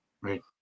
Right